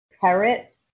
Parrot